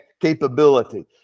capability